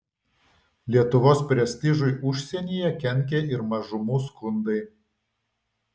lietuvos prestižui užsienyje kenkė ir mažumų skundai